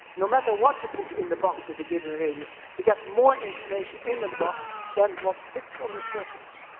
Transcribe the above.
no matter what you put in the box with a given radius, to get more information in that box than what fits on the surface.